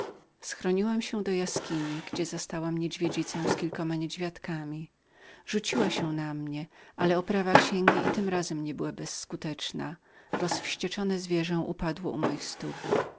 schroniłam się do jaskini gdzie zastałam niedźwiedzicę z kilkoma niedźwiadkami rzuciła się na mnie ale oprawa księgi i tym razem nie była bezskuteczną zwierzę upadło u mych stóp